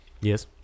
Yes